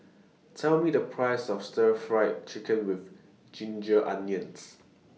Tell Me The Price of Stir Fried Chicken with Ginger Onions